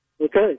Okay